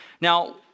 Now